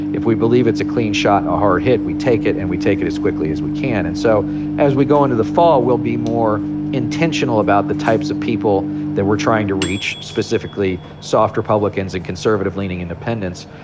if we believe it's a clean shot, a hard hit, we take it and we take it as quickly as we can. and so as we go into the fall, we'll be more intentional about the types of people that we're trying to reach, specifically soft republicans and conservative-leaning independents,